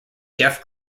jeff